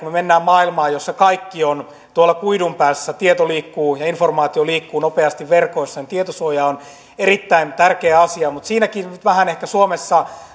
me menemme maailmaan jossa kaikki on tuolla kuidun päässä tieto liikkuu ja informaatio liikkuu nopeasti verkoissa niin tietosuoja on erittäin tärkeä asia mutta siinäkin nyt suomessa ehkä